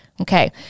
Okay